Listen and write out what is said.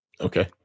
Okay